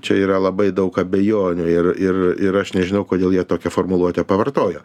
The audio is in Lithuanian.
čia yra labai daug abejonių ir ir ir aš nežinau kodėl jie tokią formuluotę pavartojo